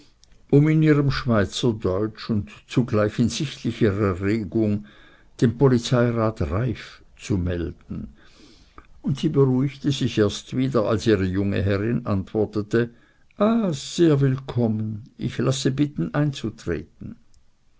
um in ihrem schweizer deutsch und zugleich in sichtlicher erregung den polizeirat reiff zu melden und sie beruhigte sich erst wieder als ihre junge herrin antwortete ah sehr willkommen ich lasse bitten einzutreten